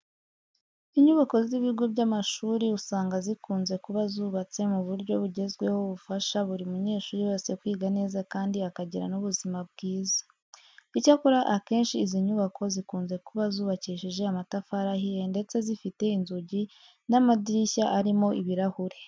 Inyubako z'ibigo by'amashuri usanga zikunze kuba zubatswe mu buryo bugezweho bufasha buri munyeshuri wese kwiga neza kandi akagira n'ubuzima bwiza. Icyakora akenshi izi nyubako zikunze kuba zubakishije amatafari ahiye ndetse zifite inzugi n'amadirishya arimo ibirahure.